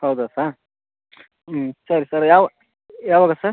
ಹೌದಾ ಸರ್ ಹ್ಞೂ ಸರಿ ಸರ್ ಯಾವ ಯಾವಾಗ ಸರ್